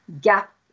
gap